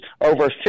over